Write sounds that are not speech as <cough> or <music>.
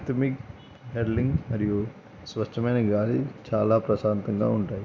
<unintelligible> మరియు స్వచ్ఛమైన గాలి చాలా ప్రశాంతంగా ఉంటాయి